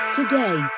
today